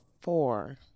four